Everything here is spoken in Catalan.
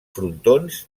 frontons